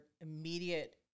immediate